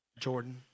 Jordan